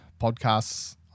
podcasts